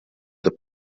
the